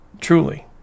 truly